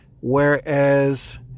whereas